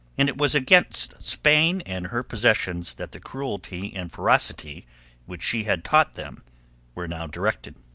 and it was against spain and her possessions that the cruelty and ferocity which she had taught them were now directed.